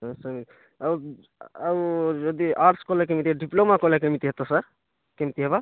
ହଉ ସାର୍ ଆଉ ଆଉ ଯଦି ଆର୍ଟସ୍ କଲେ କେମିତି ଡିପ୍ଲୋମା କଲେ କେମିତି ହେତା ସାର୍ କେମ୍ତି ହେବା